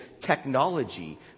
technology